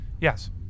Yes